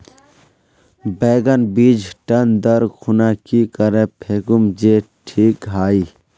बैगन बीज टन दर खुना की करे फेकुम जे टिक हाई?